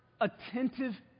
attentive